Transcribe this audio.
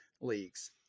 leagues